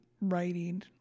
writing